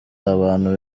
abantu